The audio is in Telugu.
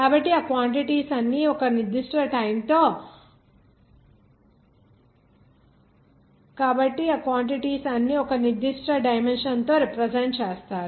కాబట్టి ఆ క్వాంటిటీస్ అన్ని ఒక నిర్దిష్ట డైమెన్షన్ తో రిప్రజెంట్ చేస్తారు